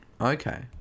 Okay